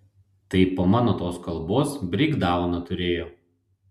tai po mano tos kalbos breikdauną turėjo